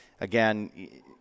again –